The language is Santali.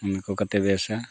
ᱚᱱᱠᱟ ᱠᱟᱛᱮᱫ ᱵᱮᱥᱼᱟ